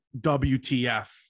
WTF